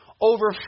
Over